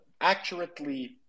accurately